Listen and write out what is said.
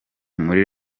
muri